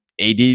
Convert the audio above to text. AD